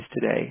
today